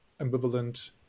ambivalent